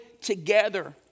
together